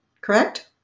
correct